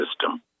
system